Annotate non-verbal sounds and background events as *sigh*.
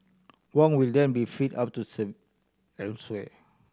Wong will then be freed up to *unintelligible* elsewhere